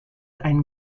einen